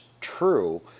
true